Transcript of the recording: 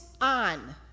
on